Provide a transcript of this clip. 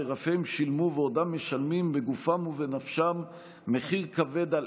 אשר אף הם שילמו ועודם משלמים בגופם ובנפשם מחיר כבד על